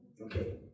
Okay